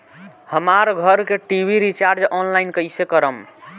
हमार घर के टी.वी रीचार्ज ऑनलाइन कैसे करेम?